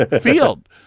field